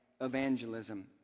evangelism